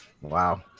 Wow